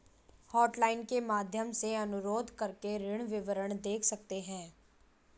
hotline के माध्यम से अनुरोध करके ऋण विवरण देख सकते है